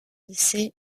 essais